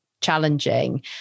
challenging